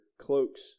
cloaks